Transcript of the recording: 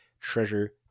treasure